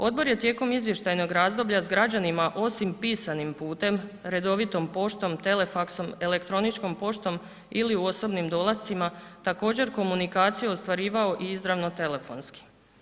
Odbor je tijekom izvještajnog razdoblja s građanima osim pitanim putem redovitom poštom, telefaksom, elektroničkom poštom ili u osobnim dolascima također komunikaciju ostvarivao i izravno telefonski.